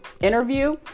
interview